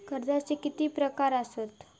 कर्जाचे किती प्रकार असात?